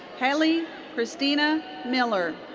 halle christina miller.